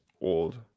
old